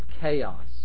chaos